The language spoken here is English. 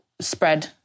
spread